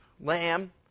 lamb